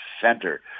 center